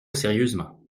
sérieusement